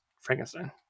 Frankenstein